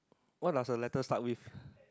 what does the letter start with